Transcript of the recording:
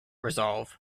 resolve